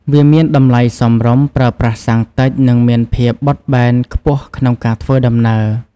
វាមានតម្លៃសមរម្យ ប្រើប្រាស់សាំងតិចនិងមានភាពបត់បែនខ្ពស់ក្នុងការធ្វើដំណើរ។